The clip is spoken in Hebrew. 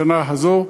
השנה הזו,